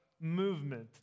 movement